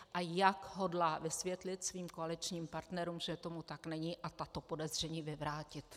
A jak hodlá vysvětlit svým koaličním partnerům, že tomu tak není, a tato podezření vyvrátit.